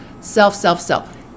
self-self-self